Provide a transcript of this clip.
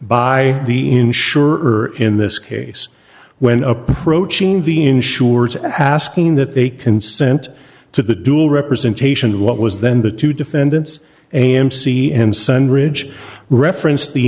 by the insurer in this case when approaching the insurers asking that they consent to the dual representation of what was then the two defendants amc and sun ridge referenced the